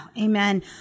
Amen